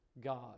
God